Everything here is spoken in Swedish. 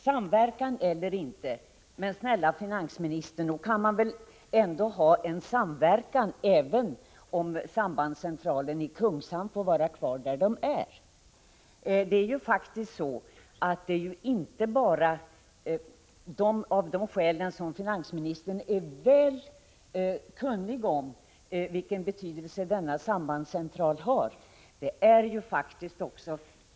Samverkan eller inte — men snälla finansministern, nog kan man väl ha en samverkan även om sambandscentralen i Kungshamn får vara kvar där den är! Sambandscentralen har ju betydelse även av andra skäl än dem som finansministern väl känner till.